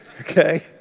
okay